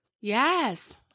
Yes